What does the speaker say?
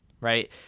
right